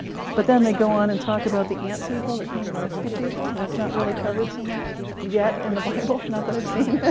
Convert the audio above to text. but then they go on and talk about the ant people who came and rescued people, and that's not really covered so much yet in the bible not that i've seen.